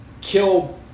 kill